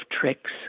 tricks